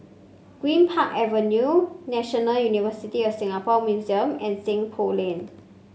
Greenpark Avenue National University of Singapore Museum and Seng Poh Lane